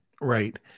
Right